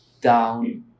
down